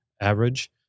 average